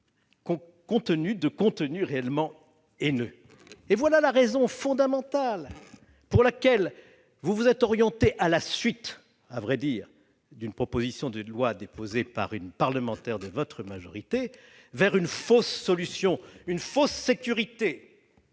ne pas avoir de contenu réellement haineux. Voilà la raison fondamentale pour laquelle vous vous êtes orienté, faisant suite, il est vrai, à la proposition de loi déposée par une parlementaire de votre majorité, vers une fausse solution, une fausse sécurité